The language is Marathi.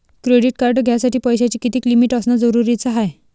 क्रेडिट कार्ड घ्यासाठी पैशाची कितीक लिमिट असनं जरुरीच हाय?